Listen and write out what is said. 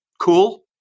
cool